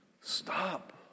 Stop